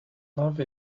love